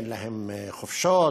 אין להם חופשות,